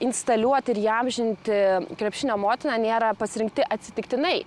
instaliuoti ir įamžinti krepšinio motiną nėra pasirinkti atsitiktinai